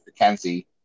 McKenzie